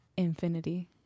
infinity